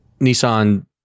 Nissan